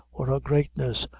or her greatness,